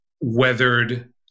weathered